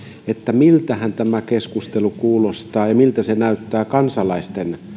miltähän tämä keskustelu kuulostaa ja näyttää kansalaisten